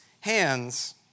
hands